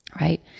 right